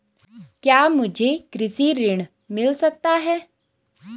क्या मुझे कृषि ऋण मिल सकता है?